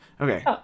Okay